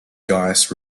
gaius